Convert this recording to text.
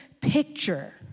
picture